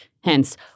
hence